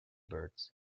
birds